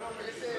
בבקשה,